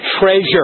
treasure